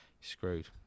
screwed